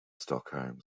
stockholm